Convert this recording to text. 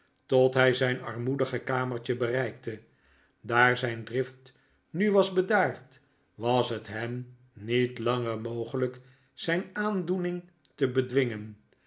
tot hij zijn armoedige kamertje bereikte daar zijn drift nu was bedaard was het hem niet langer mogelijk zijn aandoening te bedwingen